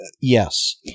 Yes